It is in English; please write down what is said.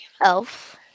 elf